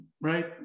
right